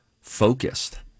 focused